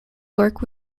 work